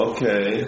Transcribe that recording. Okay